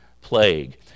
plague